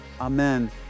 Amen